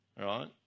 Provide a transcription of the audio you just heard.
right